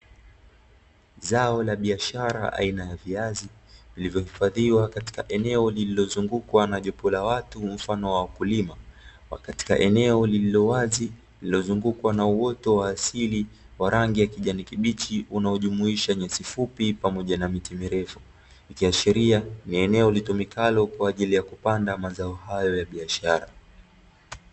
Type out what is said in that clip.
Zao la biashara aina ya viazi, vilivyohifadhiwa katika eneo lililozungukwa na jopo la watu mfano wa wakulima, wa katika eneo lililowazi lililozungukwa na uoto wa asili wa rangi ya kijani kibichi unajumuisha nyasi fupi pamoja na miti mirefu, ikiashiria ni eneo litumikalo kwa ajili ya kupanda mazao hayo ya biashara.